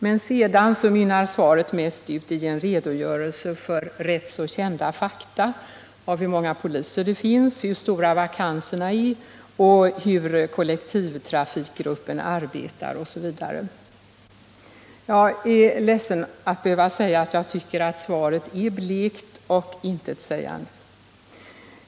Men sedan mynnar svaret mest uti en redogörelse för rätt kända fakta: hur många poliser det finns, hur stora vakanserna är, hur kollektivtrafikgruppen arbetar osv. Jag är ledsen att behöva säga att jag tycker att svaret är blekt och intetsägande.